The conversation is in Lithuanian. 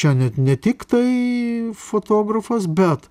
čia net ne tiktai fotografas bet